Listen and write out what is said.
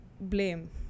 blame